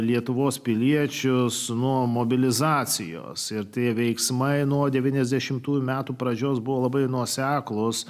lietuvos piliečius nuo mobilizacijos ir tie veiksmai nuo devyniasdešimtųjų metų pradžios buvo labai nuoseklūs